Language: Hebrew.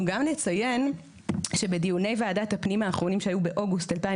אנחנו גם נציין שבדיוני ועדת הפנים האחרונים שהיו באוגוסט 2021,